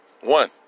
One